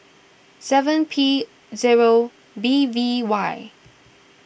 seven P zero B V Y